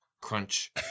crunch